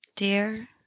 Dear